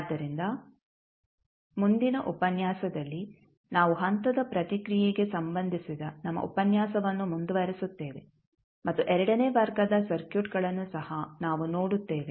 ಆದ್ದರಿಂದ ಮುಂದಿನ ಉಪನ್ಯಾಸದಲ್ಲಿ ನಾವು ಹಂತದ ಪ್ರತಿಕ್ರಿಯೆಗೆ ಸಂಬಂಧಿಸಿದ ನಮ್ಮ ಉಪನ್ಯಾಸವನ್ನು ಮುಂದುವರಿಸುತ್ತೇವೆ ಮತ್ತು ಎರಡನೇ ವರ್ಗದ ಸರ್ಕ್ಯೂಟ್ಗಳನ್ನು ಸಹ ನಾವು ನೋಡುತ್ತೇವೆ